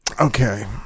Okay